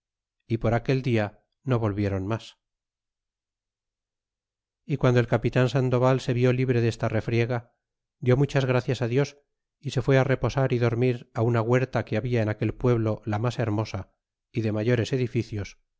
y por aquel dia no volvieron mas y guando el capitan sandoval se vió libre desta refriega die muchas gracias dios y se fue reposar y dormir una huerta que habia en aquel pueblo la mas hermosa y de mayores edificios